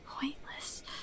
pointless